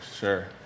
Sure